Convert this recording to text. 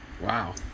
Wow